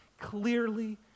clearly